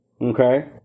Okay